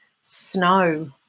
snow